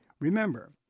remember